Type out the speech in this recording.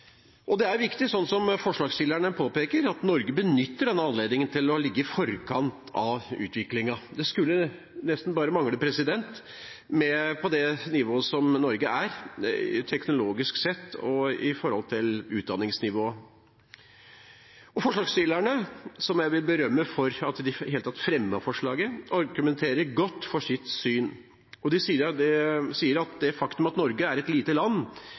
mer. Det er viktig, som forslagsstillerne påpeker, at Norge benytter denne anledningen til å ligge i forkant av utviklingen. Det skulle nesten bare mangle, med tanke på det nivået Norge er på teknologisk sett, og på utdanningsnivået. Og forslagsstillerne – som jeg vil berømme for at de i det hele tatt fremmet forslaget – argumenterer godt for sitt syn. De sier at det faktum at Norge er et lite land,